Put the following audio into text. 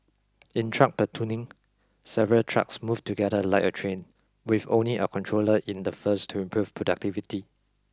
in trunk platooning several trucks move together like a train with only a controller in the first to improve productivity